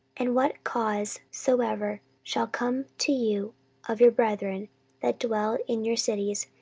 and what cause soever shall come to you of your brethren that dwell in your cities,